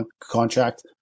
contract